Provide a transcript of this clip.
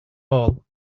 all